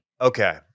Okay